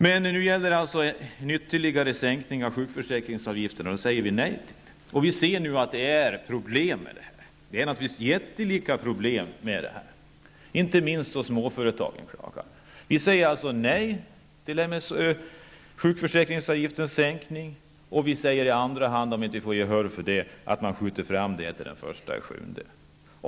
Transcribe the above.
Men nu gäller det alltså en ytterligare sänkning av sjukförsäkringsavgifterna, och det säger vi nej till. Vi ser nu att det är jättestora problem med detta, och inte minst småföretagen klagar. Vi säger alltså nej till en sänkning av sjukförsäkringsavgiften. Om vi inte får gehör för detta, anser vi att genomförandet av detta skjuts fram till den 1 juli.